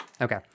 okay